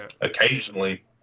occasionally